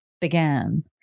began